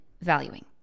valuing